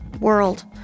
world